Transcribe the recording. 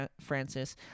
Francis